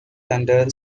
under